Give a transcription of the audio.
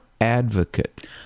Advocate